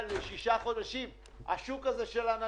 לא דוח מבוקר עדיין אלא תצהיר שאומר: זה היה המחזור,